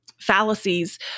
fallacies